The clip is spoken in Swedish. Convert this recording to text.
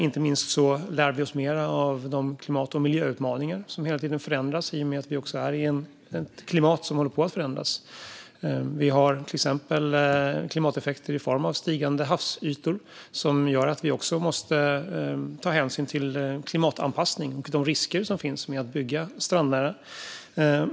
Inte minst lär vi oss mer av de klimat och miljöutmaningar som hela tiden förändras i och med att vi också har ett klimat som håller på att förändras. Vi har till exempel klimateffekter i form av stigande havsytor som gör att vi också måste ta hänsyn till klimatanpassning och de risker som finns med att bygga strandnära.